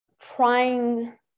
trying